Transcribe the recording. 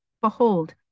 Behold